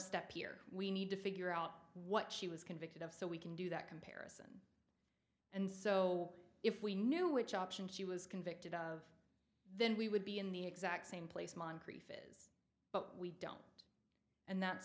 step here we need to figure out what she was convicted of so we can do that comparison and so if we knew which option she was convicted of then we would be in the exact same place moncrief it but we don't and that's